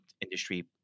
industry